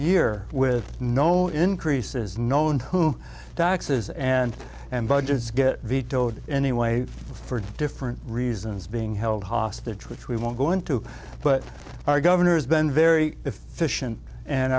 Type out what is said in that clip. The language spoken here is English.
year with no increases known who doxes and and budgets get vetoed anyway for different reasons being held hostage which we won't go into but our gov has been very efficient